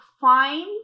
find